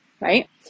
right